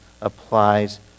applies